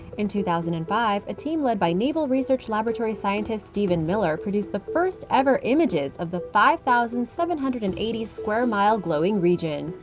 in two thousand and five, a team led by naval research laboratory scientist steven miller produced the first-ever images of the five thousand seven hundred and eighty square mile glowing region.